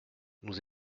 nous